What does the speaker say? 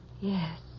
Yes